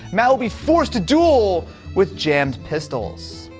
matt will be forced to duel with jammed pistols.